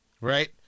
right